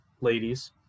ladies